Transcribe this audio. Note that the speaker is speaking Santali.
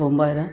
ᱵᱳᱢᱵᱟᱭ ᱨᱮ